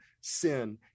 sin